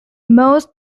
most